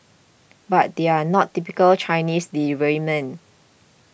but they're not typical Chinese deliverymen